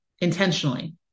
intentionally